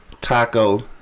taco